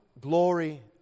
glory